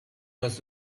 was